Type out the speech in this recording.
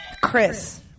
Chris